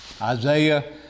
Isaiah